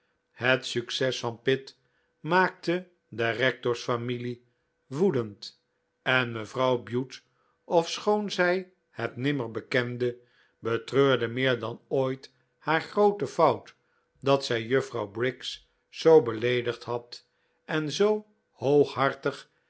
het succes van pitt maakte de rectors familie woedend en mevrouw bute ofschoon zij het nimmer bekende betreurde meer dan ooit haar groote fout dat zij juffrouw briggs zoo beleedigd had en zoo hooghartig